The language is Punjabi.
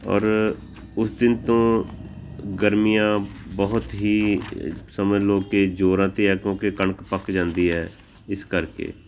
ਔਰ ਉਸ ਦਿਨ ਤੋਂ ਗਰਮੀਆਂ ਬਹੁਤ ਹੀ ਸਮਝ ਲਉ ਕਿ ਜ਼ੋਰਾਂ 'ਤੇ ਆ ਕਿਉਂਕਿ ਕਣਕ ਪੱਕ ਜਾਂਦੀ ਹੈ ਇਸ ਕਰਕੇ